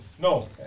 No